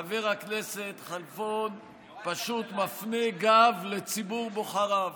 חבר הכנסת כלפון פשוט מפנה גב לציבור בוחריו.